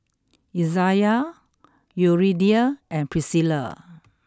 Izayah Yuridia and Priscilla